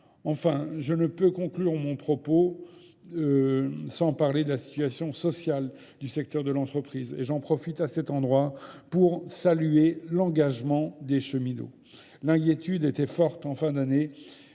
Enfin, je ne peux conclure mon propos sans parler de la situation sociale du secteur de l'entreprise. Et j'en profite à cet endroit pour saluer l'engagement des cheminots. L'inglétude était forte en fin d'année.